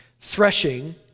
Threshing